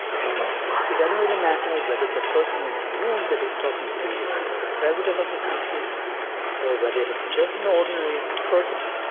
and it doesn't really matter whether the person in the room that he's talking to is the president of a country or whether it is just an ordinary person.